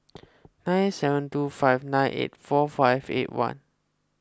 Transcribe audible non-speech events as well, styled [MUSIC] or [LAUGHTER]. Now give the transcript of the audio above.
[NOISE] nine seven two five nine eight four five eight one